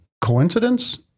coincidence